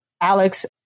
Alex